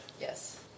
Yes